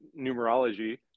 numerology